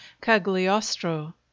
Cagliostro